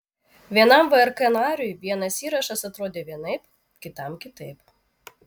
vienam vrk nariui vienas įrašas atrodė vienaip kitam kitaip